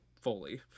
fully